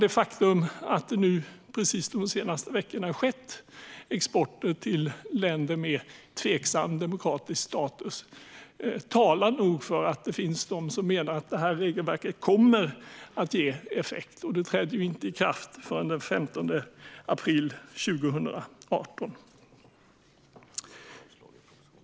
Det faktum att det de senaste veckorna har skett export till länder med tveksam demokratisk status talar nog för att det finns de som menar att regelverket kommer att ge effekt. Det träder inte i kraft förrän den 15 april 2018.